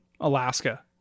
alaska